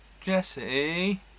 Jesse